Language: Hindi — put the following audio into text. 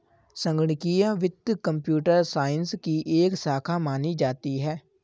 संगणकीय वित्त कम्प्यूटर साइंस की एक शाखा मानी जाती है